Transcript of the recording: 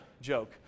joke